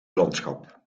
landschap